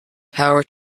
power